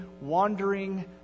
wandering